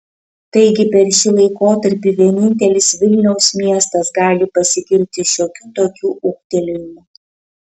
taigi per šį laikotarpį vienintelis vilniaus miestas gali pasigirti šiokiu tokiu ūgtelėjimu